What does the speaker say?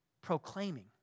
proclaiming